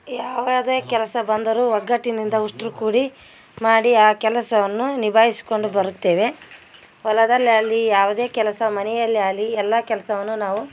ಯಾವುದೇ ಕೆಲಸ ಬಂದರೂ ಒಗ್ಗಟ್ಟಿನಿಂದ ಉಸ್ಟ್ರು ಕೂಡಿ ಮಾಡಿ ಆ ಕೆಲಸವನ್ನು ನಿಭಾಯ್ಸ್ಕೊಂಡು ಬರುತ್ತೇವೆ ಹೊಲದಲ್ಲಿ ಆಗಲಿ ಯಾವುದೇ ಕೆಲಸ ಮನೆಯಲ್ಲಿ ಆಗ್ಲಿ ಎಲ್ಲ ಕೆಲಸವನ್ನು ನಾವು